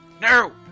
no